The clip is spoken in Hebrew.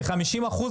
ו-50%